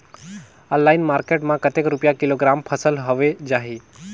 Online market मां कतेक रुपिया किलोग्राम फसल हवे जाही?